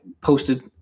posted